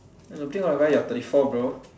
you are thirty four bro